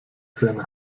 zähne